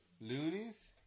loonies